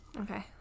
Okay